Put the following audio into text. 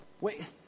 Wait